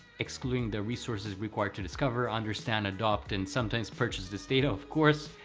excluding the resources required to discover, understand, adopt, and sometimes purchase this data, of course,